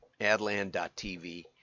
Adland.tv